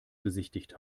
besichtigt